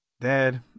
Dad